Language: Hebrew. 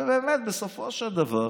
ובאמת בסופו של דבר